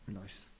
nice